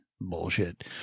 Bullshit